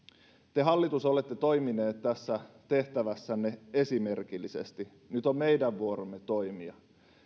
te hallitus olette toimineet tässä tehtävässänne esimerkillisesti nyt on meidän vuoromme toimia